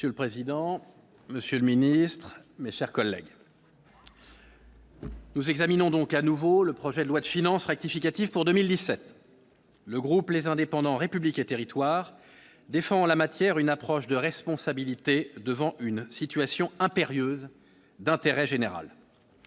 Monsieur le président, Monsieur le Ministre, mes chers collègues. Nous examinons donc à nouveau le projet de loi de finances rectificative pour 2017, le groupe les indépendants républiques et territoires défend en la matière une approche de responsabilité devant une situation impérieuses d'intérêt général.